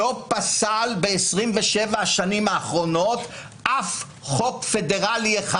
לא פסל ב-27 השנים האחרונות אף חוק פדרלי אחד.